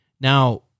now